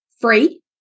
free